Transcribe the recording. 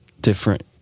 different